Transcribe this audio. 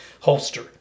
holster